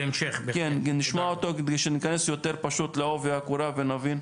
נשמע אותו כדי שניכנס יותר לעובי הקורה ונבין.